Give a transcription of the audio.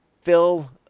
Phil